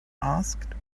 asked